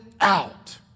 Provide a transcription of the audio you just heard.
out